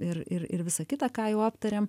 ir ir ir visa kita ką jau aptarėm